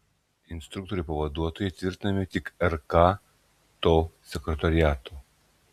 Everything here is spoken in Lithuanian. instruktorių pavaduotojai tvirtinami tik rk to sekretoriato